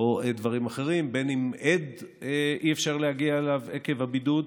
או דברים אחרים, אם אי-אפשר להגיע לעד עקב הבידוד.